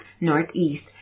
northeast